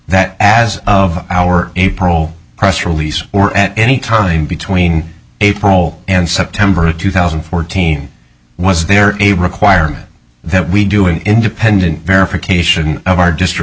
that as of our april press release or at any time between april and september of two thousand and fourteen was there a requirement that we do an independent verification of our dystr